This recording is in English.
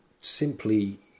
simply